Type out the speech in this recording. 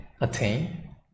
attain